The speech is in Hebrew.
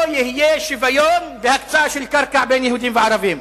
לא יהיה שוויון בהקצאה של קרקע בין יהודים וערבים.